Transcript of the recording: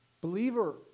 Believer